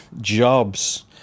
jobs